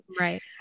Right